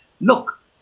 Look